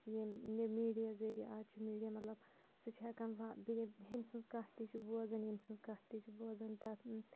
یِم یہِ میٖڈیا ذٔریعہِ آز چھُ میٖڈیا مطلب سُہ چھُ ہٮ۪کان ہیٚمۍ سٕنٛز کَتھ تہِ چھِ بوزان ییٚمۍ سٕنٛز کَتھ تہِ چھِ بوزان تَتھ